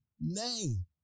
name